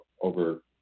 over